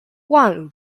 wan